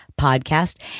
podcast